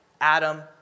Adam